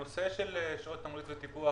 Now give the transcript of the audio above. הנושא של שעות תמרוץ וטיפוח,